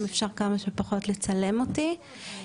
אם אפשר כמה שפחות לצלם אותי.